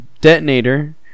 detonator